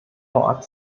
vorab